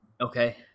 Okay